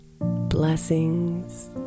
blessings